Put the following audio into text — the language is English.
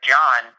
John